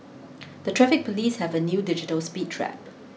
the traffic police have a new digital speed trap